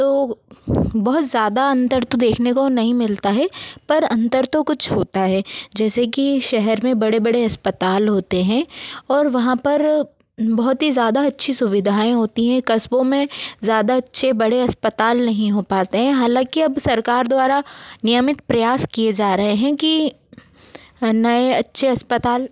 तो बहुत ज़्यादा अंतर तो देखने को नहीं मिलता है पर अंतर तो कुछ होता है जैसे की शहर मे बड़े बड़े अस्पताल होते है और वहाँ पर बहुत ही ज़्यादा अच्छी सुविधाएँ होती है कस्बों में ज़्यादा अच्छे बड़े अस्पताल नहीं हो पाते हैं हालांकि अब सरकार द्वारा नियमित प्रयास किये जा रहे है कि नये अच्छे अस्पताल